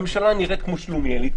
הממשלה נראית כמו שלומיאלית,